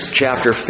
chapter